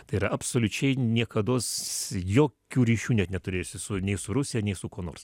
tai yra absoliučiai niekados jokių ryšių net neturėjusi su nei su rusija nei su kuo nors